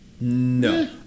no